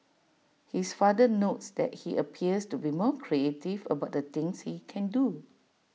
his father notes that he appears to be more creative about the things he can do